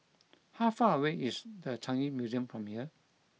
how far away is The Changi Museum from here